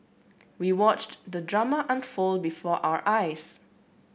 we watched the drama unfold before our eyes